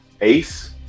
Ace